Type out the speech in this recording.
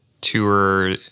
tour